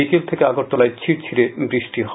বিকেল থেকে আগরতলায় ঝির ঝিরে বৃষ্টি হয়